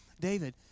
David